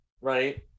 Right